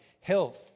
health